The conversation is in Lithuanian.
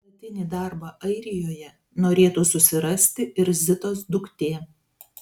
nuolatinį darbą airijoje norėtų susirasti ir zitos duktė